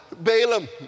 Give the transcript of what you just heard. Balaam